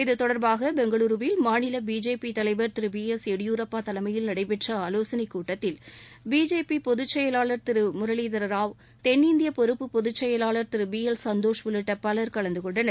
இது தொடர்பாக பெங்களூருவில் மாநில பிஜேபி தலைவர் திரு பி எஸ் எடியூரப்பா தலைமையில் நடைபெற்ற ஆலோசனை கூட்டத்தில் பிஜேபி பொது செயலாளர் திரு பி முரளிதர் ராவ் தெள் இந்திய பொறுப்பு பொது செயலாளர் திரு பி எல் சந்தோஷ் உள்ளிட்ட பலர் கலந்தகொண்டனர்